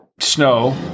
snow